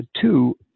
Two